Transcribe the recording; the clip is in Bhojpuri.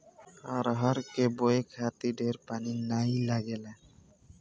अरहर के बोए खातिर ढेर पानी नाइ लागेला